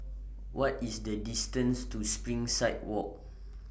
What IS The distance to Springside Walk